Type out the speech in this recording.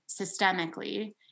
systemically